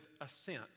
assent